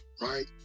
right